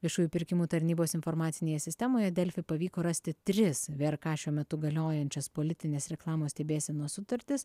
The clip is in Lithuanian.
viešųjų pirkimų tarnybos informacinėje sistemoje delfi pavyko rasti tris vrk šiuo metu galiojančias politinės reklamos stebėsenos sutartis